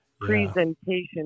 presentation